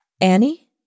Annie